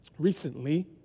Recently